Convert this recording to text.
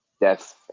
Death